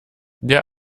der